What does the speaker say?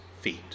feet